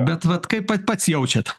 bet vat kaip pat pats jaučiat